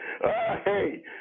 Hey